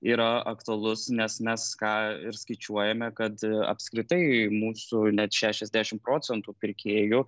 yra aktualus nes mes ką ir skaičiuojame kad apskritai mūsų net šešiasdešim procentų pirkėjų